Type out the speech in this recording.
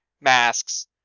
masks